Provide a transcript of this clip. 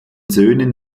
söhnen